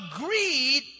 agreed